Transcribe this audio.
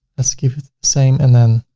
let's keep it the same and then